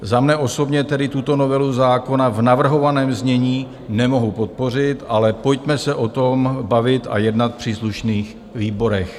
Za mne osobně tedy tuto novelu zákona v navrhovaném znění nemohu podpořit, ale pojďme se o tom bavit a jednat v příslušných výborech.